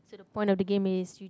so point of the game is you